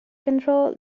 control